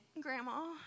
Grandma